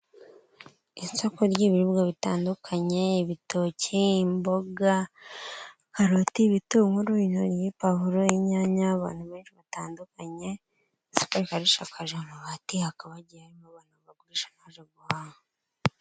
Isoko ry'iribwa bitandukanye ibitoki, imboga, karoti bitunguru, inoryi, pavuro inyanya abantu benshi batandukanye iko rikaba rishakaje amabati hakaba hagiye harimo abantu bagurisha nabaje guhaha.